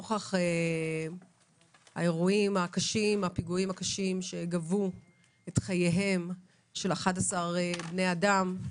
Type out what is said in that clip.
נוכח הפיגועים הקשים שגבו את חייהם של 11 בני אדם,